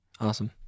Awesome